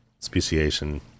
Speciation